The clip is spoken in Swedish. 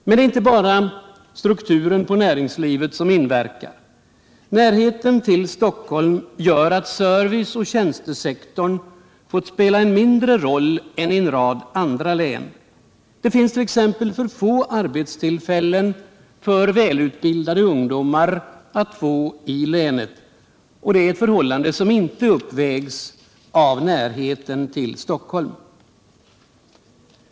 Men det är inte bara strukturen på närings livet som inverkar. Närheten till Stockholm gör att serviceoch tjänstesektorn fått spela en mindre roll än i en rad andra län. Det finns t.ex. för få arbetstillfällen för välutbildade ungdomar i länet. Det är ett förhållande som inte uppvägs av närheten till Stockholm.